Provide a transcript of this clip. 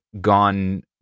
gone